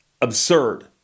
absurd